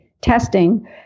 testing